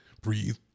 breathe